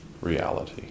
reality